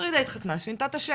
פרידה התחתנה, שינתה את השם.